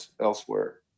elsewhere